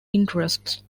interests